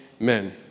amen